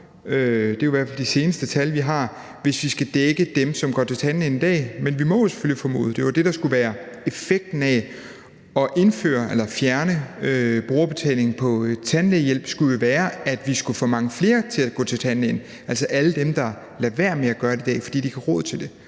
det er i hvert fald de seneste tal, vi har – hvis vi skal dække dem, som går til tandlægen i dag. Men effekten af at fjerne brugerbetalingen på tandlægehjælp skulle jo være, at vi skulle få mange flere til at gå til tandlægen, altså alle dem, der lader være med at gøre det i dag, fordi de ikke har råd til det.